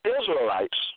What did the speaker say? Israelites